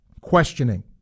questioning